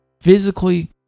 physically